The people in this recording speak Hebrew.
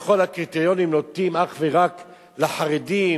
כביכול הקריטריונים נוטים אך ורק לחרדים,